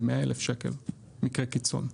ל-100,000 שקלים מקרה קיצון.